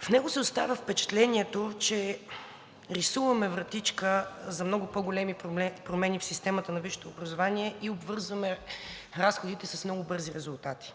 В него се оставя впечатлението, че рисуваме вратичка за много по-големи промени в системата на висшето образование и обвързваме разходите с много бързи резултати.